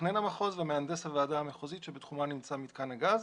מתכנן המחוז ומהנדס הועדה המקומית שבתחומה נמצא מיתקן הגז".